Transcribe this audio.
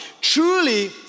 truly